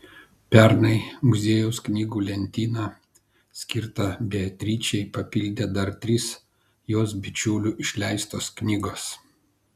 pernai muziejaus knygų lentyną skirtą beatričei papildė dar trys jos bičiulių išleistos knygos